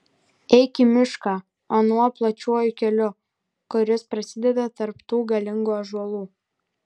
eik į mišką anuo plačiuoju keliu kuris prasideda tarp tų galingų ąžuolų